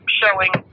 showing